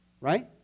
right